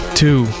two